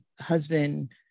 husband